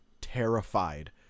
terrified